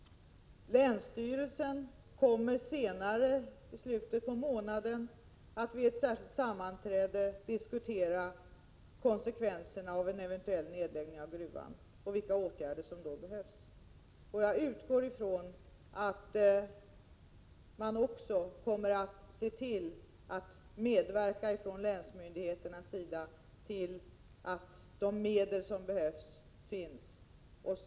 Länsstyrelsen kommer att vid ett särskilt sammanträde i slutet av månaden diskutera konsekvenserna av en eventuell nedläggning av gruvan och vilka åtgärder som då behövs. Jag utgår från att länsmyndigheterna också kommer att medverka till att ställa de medel som behövs till förfogande.